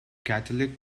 catholic